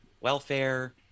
welfare